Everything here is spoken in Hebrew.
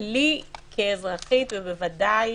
כאזרחית ובוודאי